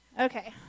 Okay